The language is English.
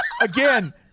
Again